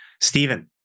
Stephen